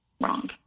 wrong